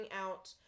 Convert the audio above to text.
out